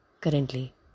currently